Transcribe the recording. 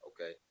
okay